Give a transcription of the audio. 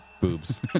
Boobs